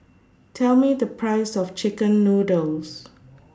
Tell Me The Price of Chicken Noodles